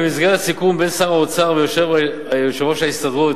במסגרת סיכום בין שר האוצר ויו"ר ההסתדרות,